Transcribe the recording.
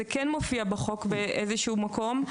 זה מופיע בחוק באיזשהו מקום.